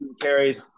carries